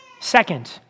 Second